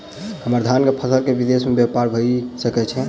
हम्मर धान केँ फसल केँ विदेश मे ब्यपार भऽ सकै छै?